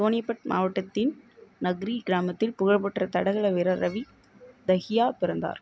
சோனிபட் மாவட்டத்தின் நஹ்ரி கிராமத்தில் புகழ்பெற்ற தடகள வீரர் ரவி தஹியா பிறந்தார்